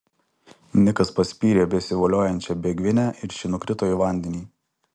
nikas paspyrė besivoliojančią bėgvinę ir ši nukrito į vandenį